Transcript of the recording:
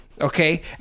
Okay